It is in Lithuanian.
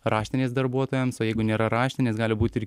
raštinės darbuotojams o jeigu nėra raštinės gali būt ir